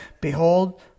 Behold